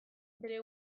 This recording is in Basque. bere